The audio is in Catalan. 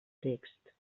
text